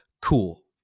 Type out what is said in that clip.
cool